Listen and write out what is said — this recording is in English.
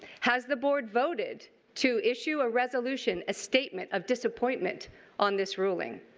has the board voted to issue a resolution, a statement of disappointment on this ruling.